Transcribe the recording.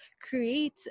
create